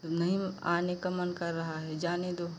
नहीं आने का मन कर रहा है जाने दो